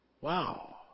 Wow